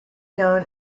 known